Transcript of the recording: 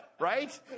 Right